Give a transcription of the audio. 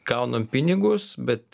gaunam pinigus bet